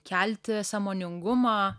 kelti sąmoningumą